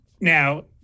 now